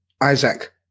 Isaac